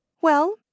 Well